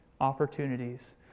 opportunities